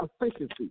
Efficiency